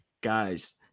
guys